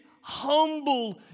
humble